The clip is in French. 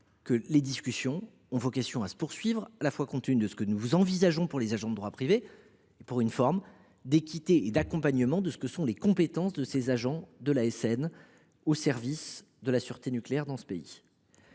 que les discussions ont vocation à se poursuivre, compte tenu de ce que nous envisageons pour les agents de droit privé et pour des raisons d’équité et d’accompagnement des compétences des agents de l’ASN, au service de la sécurité nucléaire dans ce pays.